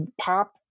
pop